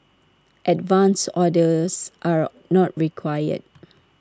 advance orders are not required